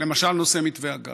למשל נושא מתווה הגז.